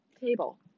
table